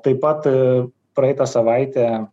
taip pat praeitą savaitę